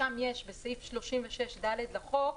שם יש בסעיף 36ד לחוק